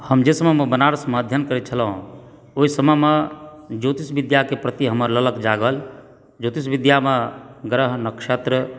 हम जे समयमे बनारसमे अध्ययन करैत छलहुँ ओहि समयमे ज्योतिष विद्याके प्रति हमर ललक जागल ज्योतिष विद्यामे ग्रह नक्षत्र